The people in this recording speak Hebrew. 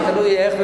ותלוי איך,